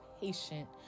patient